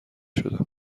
شدم